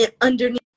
Underneath